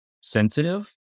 sensitive